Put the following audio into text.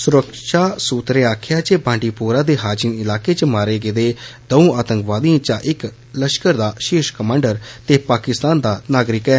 सुरक्षा सूत्रें दस्सेआ जे बांडीपोरा दे हाजिन इलाकें च मारे गेदे दौं आतंकवादिएं चा इक लष्कर दा षीर्श कमांडर ते पाकिस्तान दा नागरिक ऐ